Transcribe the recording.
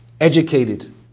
educated